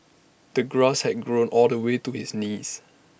the grass had grown all the way to his knees